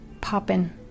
popping